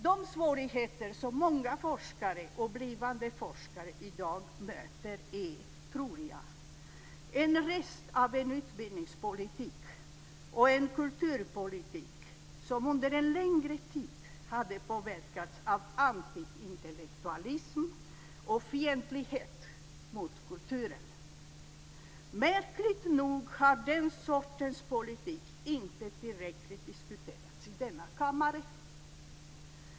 De svårigheter som många forskare och blivande forskare i dag möter tror jag är en rest av en utbildningspolitik och en kulturpolitik som under en längre tid har påverkats av antiintellektualism och fientlighet mot kulturen. Märkligt nog har den sortens politik inte tillräckligt diskuterats i denna kammare.